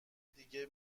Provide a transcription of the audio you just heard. دیگه